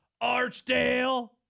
Archdale